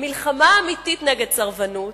המלחמה האמיתית נגד סרבנות